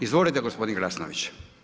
Izvolite gospodine Glasnović.